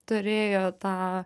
turėjo tą